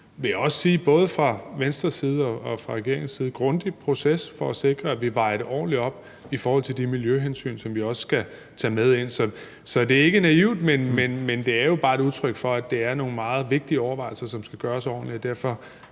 jeg også sige – både fra Venstres side og fra regeringens side – grundig proces for at sikre, at vi vejer det ordentligt op i forhold til de miljøhensyn, som vi også skal tage med ind. Så det er ikke naivt, men det er jo bare et udtryk for, at det er nogle meget vigtige overvejelser, som skal gøres ordentligt,